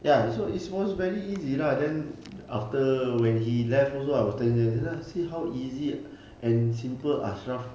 ya so it's was very easy lah then after when he left also I was telling lah see how easy and simple ashraf